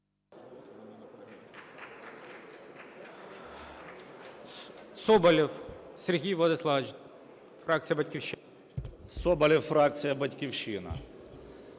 Соболєв Сергій Владиславович, фракція "Батьківщина".